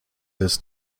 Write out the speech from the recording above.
this